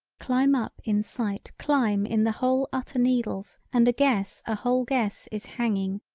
climb up in sight climb in the whole utter needles and a guess a whole guess is hanging.